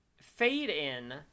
fade-in